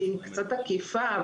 היא קצת עקיפה,